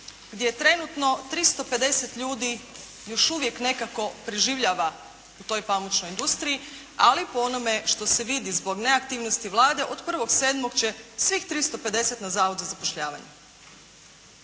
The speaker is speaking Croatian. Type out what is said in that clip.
gdje je trenutno 350 ljudi još uvijek nekako preživljava u toj pamučnoj industriji, ali po onome što se vidi zbog neaktivnosti Vlade od 1.7. će svih 350 na Zavod za zapošljavanje.